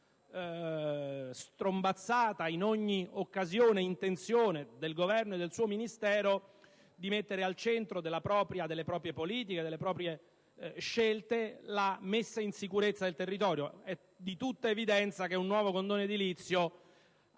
strombazzata in ogni occasione, del Governo e del suo Ministero di porre al centro delle proprie politiche e delle proprie scelte la messa in sicurezza del territorio. È di tutta evidenza, infatti, che un nuovo condono edilizio